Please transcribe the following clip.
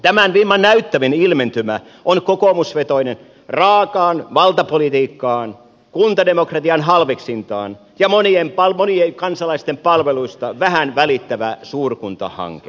tämän vimman näyttävin ilmentymä on kokoomusvetoinen raakaan valtapolitiikkaan kuntademokratian halveksintaan perustuva ja monien kansalaisten palveluista vähät välittävä suurkuntahanke